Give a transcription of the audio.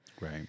right